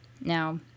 Now